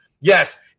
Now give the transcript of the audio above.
Yes